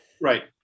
Right